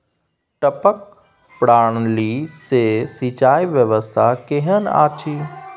टपक प्रणाली से सिंचाई व्यवस्था केहन अछि?